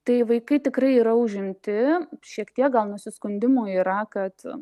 tai vaikai tikrai yra užimti šiek tiek gal nusiskundimų yra kad